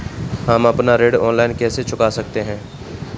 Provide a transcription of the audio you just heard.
हम अपना ऋण ऑनलाइन कैसे चुका सकते हैं?